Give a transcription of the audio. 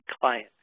client